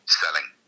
selling